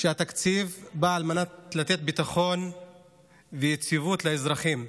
שהתקציב בא על מנת לתת ביטחון ויציבות לאזרחים,